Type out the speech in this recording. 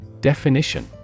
Definition